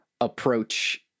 approach